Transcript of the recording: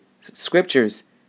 scriptures